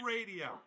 Radio